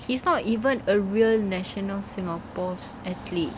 he's not even a real national singapore's athlete